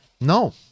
No